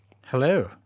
Hello